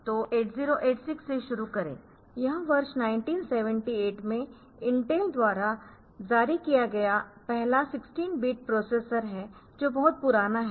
तो 8086 से शुरू करें यह वर्ष 1978 में INTEL द्वारा जारी किया गया पहला 16 बिट प्रोसेसर है जो बहुत पुराना है